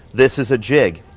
this is a jig.